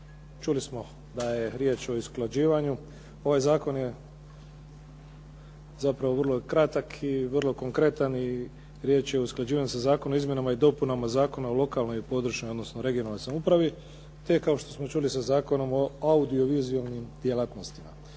čuli smo da je riječ o usklađivanju. Ovaj zakon je zapravo vrlo kratak i vrlo konkretan i riječ je o usklađivanju sa Zakonom o izmjenama i dopunama Zakona o lokalnoj i područnoj odnosno regionalnoj samoupravi, te kao što smo čuli sa Zakonom o audio-vizualnim djelatnostima.